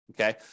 okay